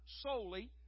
solely